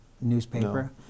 newspaper